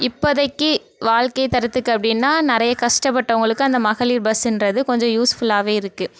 இப்போதைக்கு வாழ்க்கைத்தரத்துக்கு அப்படின்னா நிறைய கஷ்டப்பட்டவங்களுக்கு அந்த மகளிர் பஸ்ஸுன்றது கொஞ்சம் யூஸ்ஃபுல்லாகவே இருக்கு